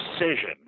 precision